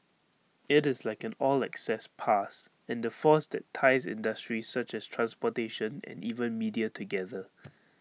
IT is like an all access pass and the force that ties industries such as transportation and even media together